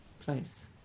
place